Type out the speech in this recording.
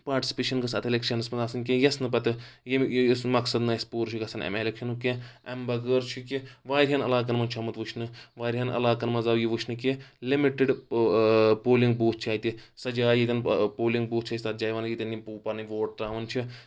participation گژھۍ اتھ elections منٛز آسٕنۍ کہِ یس نہٕ پَتہٕ یُس مَقصد نہٕ اَسہِ پوٗرٕ چھُ گژھان امہِ الؠکشَنُک کینٛہہ امہِ بَغٲر چھُ کہِ واریاہن عَلاقن منز چھُ آمُت وٕچھنہٕ واریاہن علاقن منٛز آو یہِ وٕچھنہٕ کہِ لِمِٹڈ پولِنگ بوٗتھ چھِ اَتہِ سۄ جاے ییٚتٮ۪ن پولِنگ بوٗتھ چھ أسۍ تتھ جایہِ وَنان ییٚتؠن یِم پَنٕنۍ ووٹ تراوان چھِ